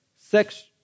sex